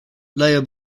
layer